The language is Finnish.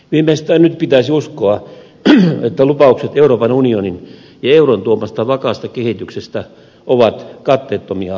viimeistään nyt pitäisi uskoa että lupaukset euroopan unionin ja euron tuomasta vakaasta kehityksestä ovat katteettomia lupauksia